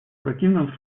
противном